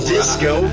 Disco